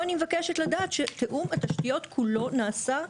פה אני מבקשת לדעת שתיאום התשתיות כולו נעשה.